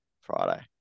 Friday